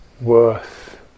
worth